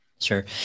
Sure